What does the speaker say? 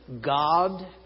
God